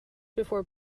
before